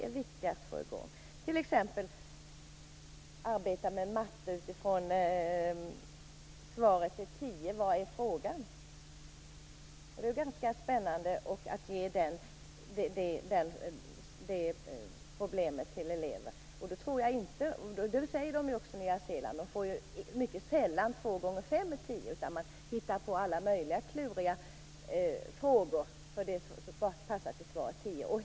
Man kan t.ex. arbeta med matte utifrån det här: "Svaret är tio, vad är frågan?" Det är ganska spännande att ge det problemet till elever. Då tror jag, och det säger de också i Nya Zeeland, att det svar man får mycket sällan är: "Två gånger fem." Eleverna hittar på alla möjliga kluriga frågor som passar till svaret tio.